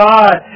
God